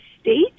state